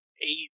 eight